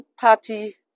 party